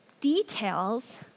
details